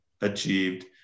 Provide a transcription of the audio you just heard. achieved